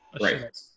Right